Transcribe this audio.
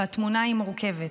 והתמונה היא מורכבת.